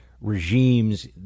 regimes